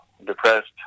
depressed